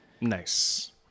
Nice